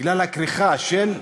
בגלל הכריכה של,